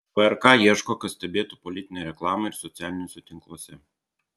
vrk ieško kas stebėtų politinę reklamą ir socialiniuose tinkluose